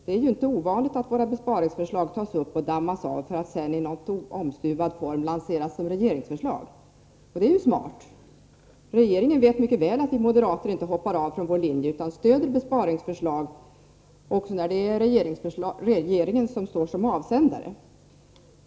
Det är ju inte ovanligt att våra besparingsförslag tas upp och dammas av för att sedan i något omstuvad form lanseras som regeringsförslag. Det är ju smart. Regeringen vet mycket väl att vi moderater inte hoppar av vår linje utan stöder besparingsförslag också när det är regeringen som står som avsändare.